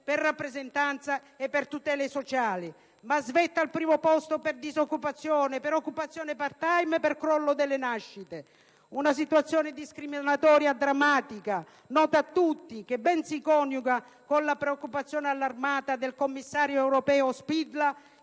per rappresentanza e per tutele sociali. Ma svetta al primo posto per disoccupazione, per occupazione *part time* e per crollo delle nascite. Una situazione discriminatoria drammatica, nota a tutti, che ben si coniuga con la preoccupazione allarmata del commissario europeo Spidla